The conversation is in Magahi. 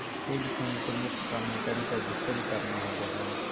हेज फंड के मुख्य काम रिटर्न के अधीकतम करना होबो हय